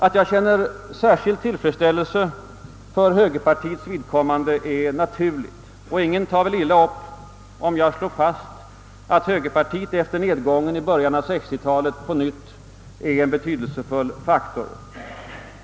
Att jag känner särskild tillfredsställelse för högerpartiets vidkommande är naturligt, och ingen tar väl illa upp om jag slår fast att högerpartiet efter nedgången i början på 1960-talet på nytt är en betydelsefull faktor.